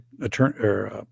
attorney